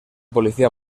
policía